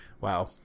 Wow